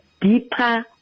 deeper